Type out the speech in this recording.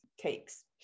takes